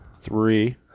three